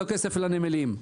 לא לנמלים.